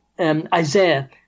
Isaiah